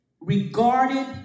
regarded